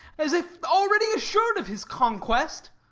as if already assured of his conquest.